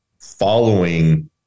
following